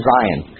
Zion